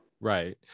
Right